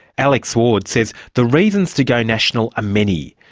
alex ward says the reasons to go national are many,